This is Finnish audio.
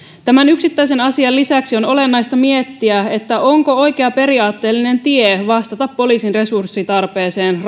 tämän yksittäisen asian lisäksi on olennaista miettiä onko kokoontumisvapauden rajoittaminen oikea periaatteellinen tie vastata poliisin resurssitarpeeseen